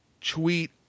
tweet